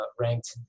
ranked